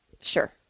Sure